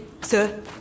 sir